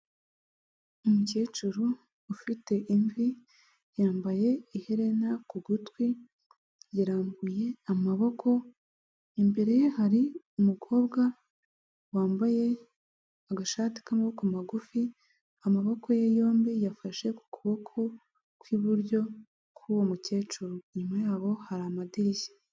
Umukecuru ufite imvi, yambaye iherena ku gutwi, yarambuye amaboko, imbere ye hari umukobwa wambaye agashati k'amaboko magufi, amaboko ye yombi yafashe ku kuboko kw'iburyo k'uwo mukecuru, inyuma yabo hari amadirishya.